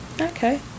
Okay